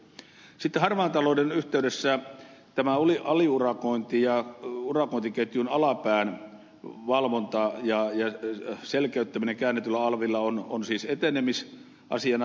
sitten harmaan talouden yhteydessä tämä oli aliurakointi ja urakointiketjun alapään valvontaa ja selkeyttäminen käännetyllä alvilla on siis etenemisasiana tärkeä